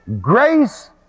Grace